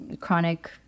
chronic